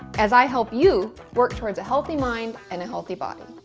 as i help you work towards a healthy mind and a healthy body.